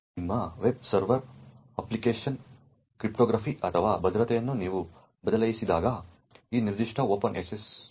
ನಿಮ್ಮ web server ಅಪ್ಲಿಕೇಶನ್ಗಳಲ್ಲಿ cryptography ಅಥವಾ ಭದ್ರತೆಯನ್ನು ನೀವು ಬಯಸಿದಾಗ ಈ ನಿರ್ದಿಷ್ಟ ಓಪನ್ SSL ಲೈಬ್ರರಿಯನ್ನು ಈಗ ವ್ಯಾಪಕವಾಗಿ ಬಳಸಲಾಗುತ್ತದೆ